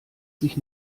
sich